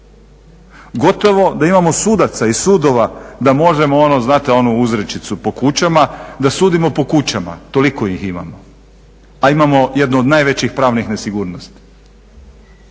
Gotovo da imamo sudaca i sudova da možemo, ono znate onu uzrečicu po kućama "Da sudimo po kućama.", toliko ih imamo. A imamo jedno od najvećih pravnih nesigurnosti.